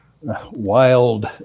wild